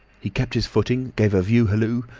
he kept his footing, gave a view hallo,